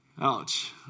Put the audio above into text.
Ouch